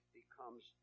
becomes